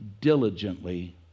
diligently